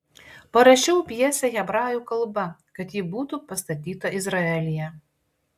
parašiau pjesę hebrajų kalba kad ji būtų pastatyta izraelyje